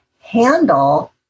handle